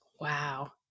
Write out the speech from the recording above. Wow